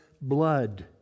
blood